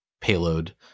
payload